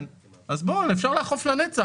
אפשר לאכוף לנצח,